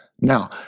Now